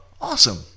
awesome